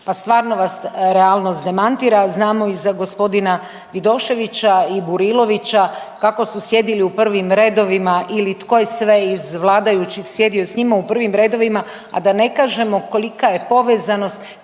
Pa stvarno vas realnost demantira. Znamo i za g. Vidoševića i Burilovića kako su sjedili u prvim redovima ili tko je sve iz vladajućih sjedio s njima u prvim redovima, a da ne kažemo kolika je povezanost,